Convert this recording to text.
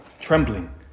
trembling